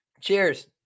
Cheers